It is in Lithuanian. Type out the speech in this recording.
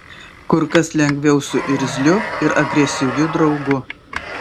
kur kas lengviau su irzliu ir agresyviu draugu